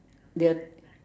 there are